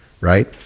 right